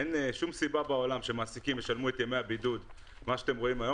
אין שום סיבה בעולם שמעסיקים ישלמו את ימי הבידוד כפי שאתם רואים היום.